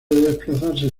desplazarse